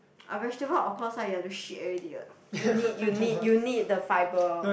ah vegetable of course lah you have to shit everyday what you need you need you need the fibre